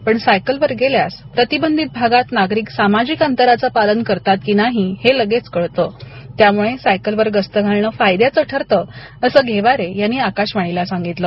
पण सायकल वर गेल्यास प्रतिबंधित भागात नागरिक सामाजिक अंतराचा पालन करतात कि नाही हे लगेच कळत त्यामुळे सायकल वर गस्त घालणं फायद्याचं ठरतं असं घेवारे यांनी आकाशवाणीला सांगितलं